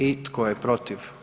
I tko je protiv?